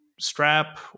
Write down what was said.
Strap